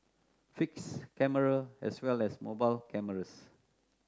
fixed camera as well as mobile cameras